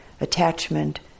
attachment